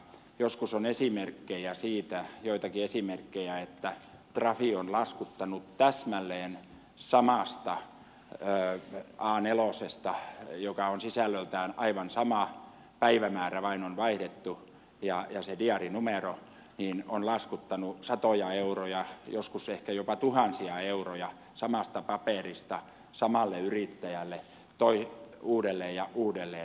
joskus on esimerkkejä siitä joitakin esimerkkejä että trafi on laskuttanut täsmälleen samasta a nelosesta joka on sisällöltään aivan sama päivämäärä vain on vaihdettu ja se diaarinumero satoja euroja joskus ehkä jopa tuhansia euroja samasta paperista samalle yrittäjälle uudelleen ja uudelleen